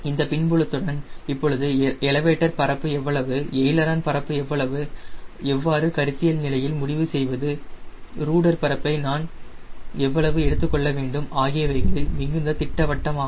இந்த பின்புலத்துடன் இப்பொழுது எலிவேட்டர் பரப்பு எவ்வளவு எய்லரான் பரப்பு எவ்வளவு எவ்வாறு கருத்தியல் நிலையில் முடிவு செய்வது ரூடர் பரப்பை நான் எவ்வளவு எடுத்துக்கொள்ள வேண்டும் ஆகியவைகளில் மிகுந்த திட்டவட்டமாவோம்